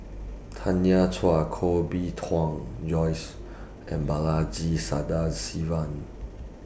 Tanya Chua Koh Bee Tuan Joyce and Balaji Sadasivan